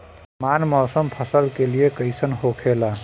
सामान्य मौसम फसल के लिए कईसन होखेला?